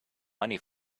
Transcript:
money